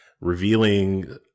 revealing